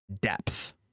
depth